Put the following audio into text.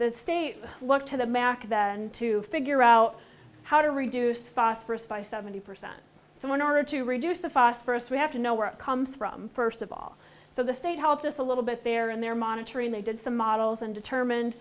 the states look to the mac that and to figure out how to reduce phosphorus by seventy percent so when are it to reduce the phosphorus we have to know where it comes from first of all so the state helped us a little bit there and they're monitoring they did some models and determined